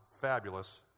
fabulous